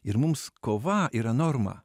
ir mums kova yra norma